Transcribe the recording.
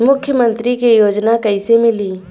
मुख्यमंत्री के योजना कइसे मिली?